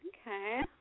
Okay